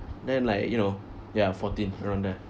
then like you know ya fourteen around there